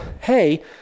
hey